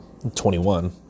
21